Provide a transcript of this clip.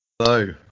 Hello